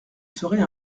serait